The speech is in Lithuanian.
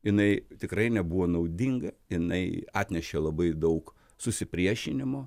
jinai tikrai nebuvo naudinga jinai atnešė labai daug susipriešinimo